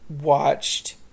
watched